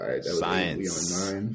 Science